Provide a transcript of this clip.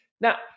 Now